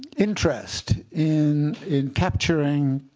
interest in in capturing